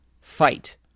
fight